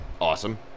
Awesome